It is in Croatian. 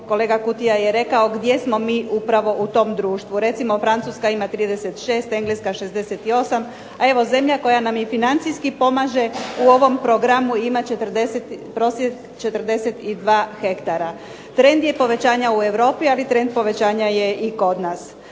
kolega Kutija je rekao gdje smo mi upravo u tom društvu. Recimo Francuska ima 36, Engleska 68, a evo zemlja koja nam i financijski pomaže u ovom programu ima prosjek 42 hektara. Trend je povećanja u Europi ali trend povećavanja je i kod nas.